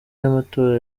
y’amatora